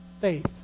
faith